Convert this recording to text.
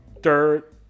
dirt